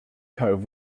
cove